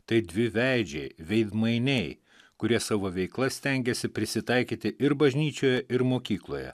tai dviveidžiai veidmainiai kurie savo veikla stengiasi prisitaikyti ir bažnyčioje ir mokykloje